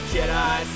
Jedi